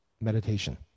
meditation